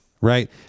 right